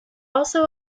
also